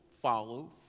follow